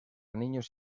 niños